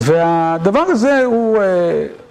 והדבר הזה הוא...